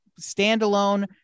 standalone